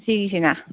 ꯁꯤꯒꯤꯁꯤꯅ